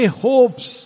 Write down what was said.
hopes